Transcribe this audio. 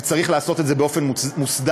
וצריך לעשות את זה באופן מוסדר.